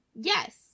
Yes